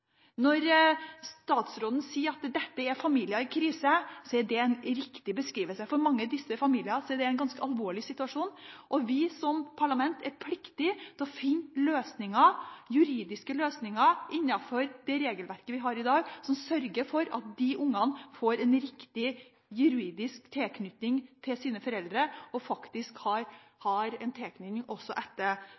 Når statsråden sier at dette er familier i krise, er det en riktig beskrivelse. For mange av disse familiene er det en ganske alvorlig situasjon, og vi som parlament er pliktig til å finne løsninger, juridiske løsninger innenfor det regelverket vi har i dag, som sørger for at de ungene får en riktig juridisk tilknytning til sine foreldre og faktisk har en tilknytning også etter